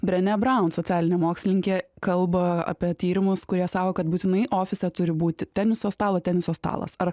brenė braun socialinė mokslininkė kalba apie tyrimus kurie sako kad būtinai ofise turi būti teniso stalo teniso stalas ar